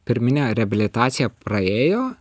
pirminę reabilitaciją praėjo